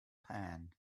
pan